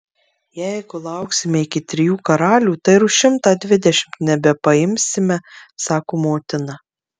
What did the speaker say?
jeigu lauksime iki trijų karalių tai ir už šimtą dvidešimt nebepaimsime sako motina